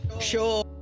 Sure